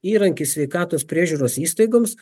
įrankis sveikatos priežiūros įstaigoms